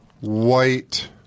white